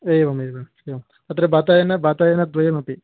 एवमेवम् एवम् अत्र वातायनं वातायनद्वयमपि